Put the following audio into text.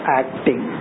acting